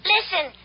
Listen